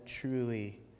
Truly